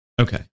Okay